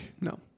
No